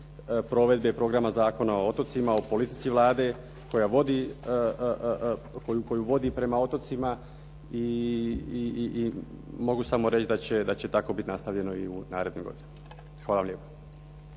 provedbe programa Zakona o otocima, o politici Vlade koju vodi prema otocima i mogu samo reći da će tako biti nastavljeno i u narednim godinama. Hvala lijepo.